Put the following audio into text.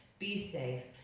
be safe,